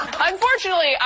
Unfortunately